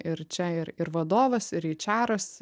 ir čia ir ir vadovas ir eičeras